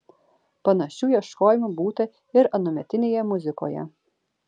panašių ieškojimų būta ir anuometinėje muzikoje